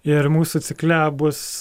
ir mūsų cikle bus